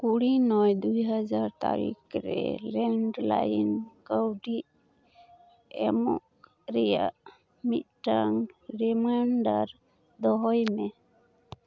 ᱠᱩᱲᱤ ᱱᱚᱭ ᱫᱩᱭᱦᱟᱡᱟᱨ ᱛᱟᱹᱨᱤᱠᱷ ᱨᱮ ᱞᱮᱱᱰ ᱞᱟᱭᱤᱱ ᱠᱟᱹᱣᱰᱤ ᱮᱢᱚᱜ ᱨᱮᱭᱟᱜ ᱢᱤᱫᱴᱟᱝ ᱨᱤᱢᱟᱭᱤᱱᱰᱟᱨ ᱫᱚᱦᱚᱭ ᱢᱮ